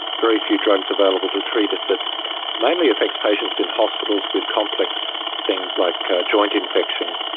very few drugs available to treat it. that mainly affects patients in hospitals with complex things like joint infection.